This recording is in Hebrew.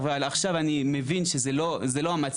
אבל עכשיו אני מבין שזה לא המצב,